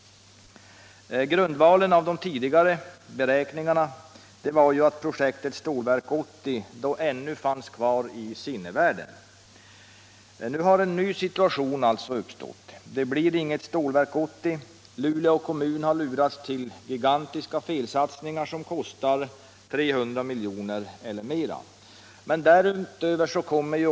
Grundvalen för de tidigare beräkningarna var att projektet Stålverk 80 då ännu fanns kvar i sinnevärlden. Nu har alltså en ny situation uppstått. Det blir inget Stålverk 80. Luleå kommun har lurats till gigantiska felsatsningar, som kostar 300 milj.kr. eller mer.